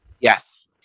yes